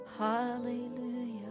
Hallelujah